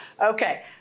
Okay